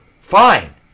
fine